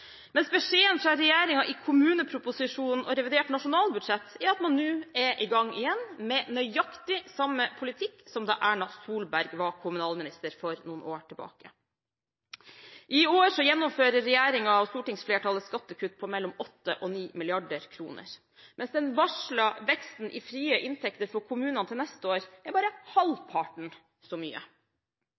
beskjeden fra regjeringen i kommuneproposisjonen og revidert nasjonalbudsjett er at man nå er i gang igjen med nøyaktig samme politikk som da Erna Solberg var kommunalminister for noen år tilbake. I år gjennomfører regjeringen og stortingsflertallet skattekutt på mellom 8 mrd. kr og 9 mrd. kr, mens den varslede veksten i frie inntekter for kommunene til neste år er bare halvparten så mye.